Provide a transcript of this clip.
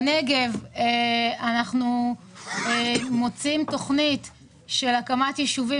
יש תוכנית להקמת יישובים